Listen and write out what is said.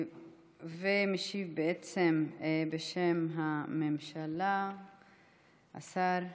משיב בשם הממשלה השר הנדל.